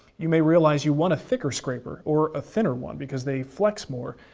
you may realize you want a thicker scraper, or a thinner one because they flex more.